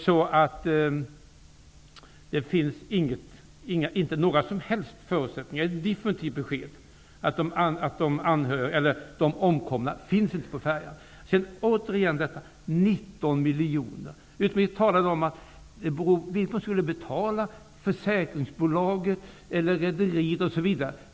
Är detta ett definitivt besked som innebär att de omkomna inte finns på färjan? Återigen vill jag ta upp detta med 19 miljoner. Utrikesministern talade om att man skulle betala försäkringsbolag, rederi osv.